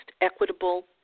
equitable